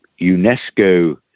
UNESCO